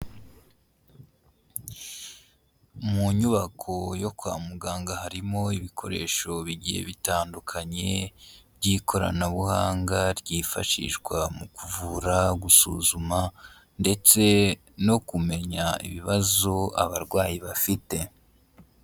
Mu nyubako yo kwa muganga harimo ibikoresho bigiye bitandukanye by'ikoranabuhanga ryifashishwa mu kuvura, gusuzuma ndetse no kumenya ibibazo abarwayi bafite.